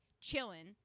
chilling